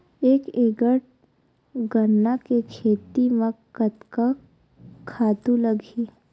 एक एकड़ गन्ना के खेती म कतका खातु लगही?